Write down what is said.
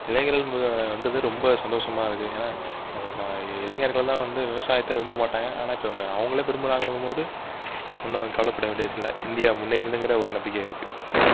இளைஞர்களுக்கு வந்தது ரொம்ப சந்தோஷமாக இருக்குது ஏன்னா இளைஞர்கள்லாம் வந்து விவசாயத்தை விரும்ப மாட்டாங்க ஆனால் இப்போ அவங்களே விரும்புறாங்கங்கன்னும்மோது ஒன்றும் கவலைப்பட வேண்டியது இல்லை இந்தியா முன்னேறிடுங்கிற ஒரு நம்பிக்கை இருக்குது